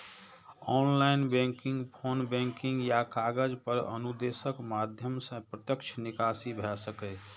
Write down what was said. online banking, phone banking या कागज पर अनुदेशक माध्यम सं प्रत्यक्ष निकासी भए सकैए